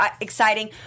exciting